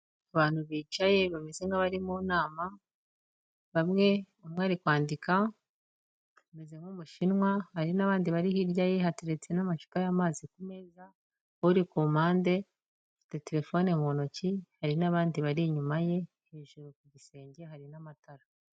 Abantu bicaye bameze nk'abari mu nama, umwe ari kwandika ameze nk'umushinwa, hari n'abandi bari hirya ye hateretse n'amacupa y'amazi ku meza uri ku mpande afite telefone mu ntoki hari n'abandi bari inyuma ye, hejuru ku gisenge hari n'amatara.